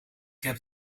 heb